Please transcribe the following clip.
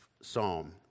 Psalm